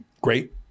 Great